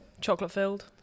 Chocolate-filled